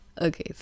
Okay